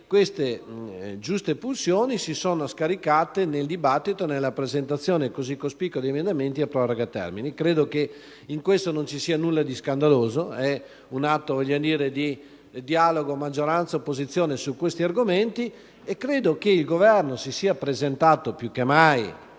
queste giuste pulsioni si sono scaricate nel dibattito e nella presentazione così cospicua di emendamenti al provvedimento di proroga dei termini. Credo che in questo non ci sia nulla di scandaloso: è un atto di dialogo tra maggioranza e opposizione su questi argomenti. E credo che il Governo si sia presentato più che mai